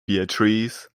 beatrice